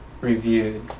reviewed